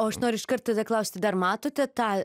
o aš noriu iš karto tada klausti dar matote tą